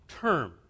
term